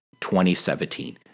2017